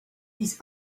his